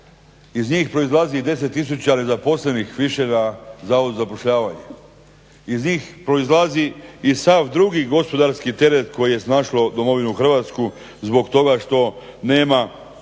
Iz njih proizlazi i 10 tisuća nezaposlenih više na Zavodu za zapošljavanje, iz njih proizlazi i sav drugi gospodarski teret koji je snašao domovinu Hrvatsku zbog toga što nema